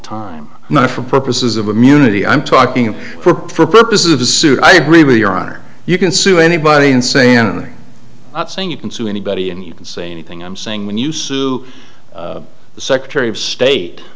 the time not for purposes of immunity i'm talking for for purposes of the suit i agree with your honor you can sue anybody in saying or not saying you can sue anybody and you can say anything i'm saying when you sue the secretary of state